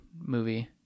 movie